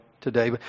today